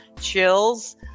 chills